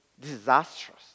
Disastrous